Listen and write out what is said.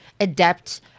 adapt